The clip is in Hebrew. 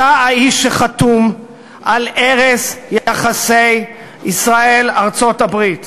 אתה האיש שחתום על הרס יחסי ישראל ארצות-הברית.